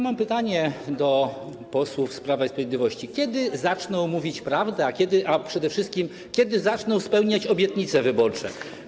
Mam pytanie do posłów z Prawa i Sprawiedliwości: Kiedy zaczną mówić prawdę, a przede wszystkim kiedy zaczną spełniać obietnice wyborcze?